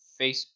Facebook